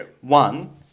One